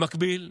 במקביל,